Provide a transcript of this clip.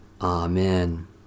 Amen